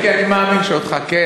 מיקי, אני מאמין שאותך כן.